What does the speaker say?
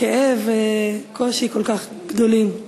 כאב וקושי כל כך גדולים.